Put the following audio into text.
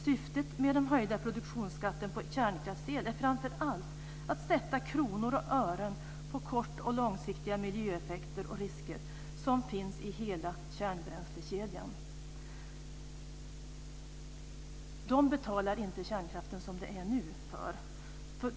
Syftet med den höjda produktionsskatten på kärnkraftsel är framför allt att sätta kronor och ören på kort och långsiktiga miljöeffekter och risker som finns i hela kärnbränslekedjan. De betalar inte för kärnkraften som det är nu.